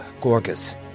Gorgas